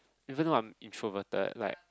even though I'm introverted like